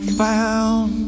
found